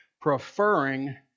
preferring